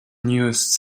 newest